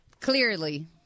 Clearly